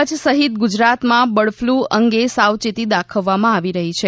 કચ્છ સહિત ગુજરાતમાં બર્ડફલુ અંગે સાવચેતી દાખવવામાં આવી રહી છે